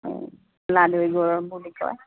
লাহদৈ গড় বুলি কয়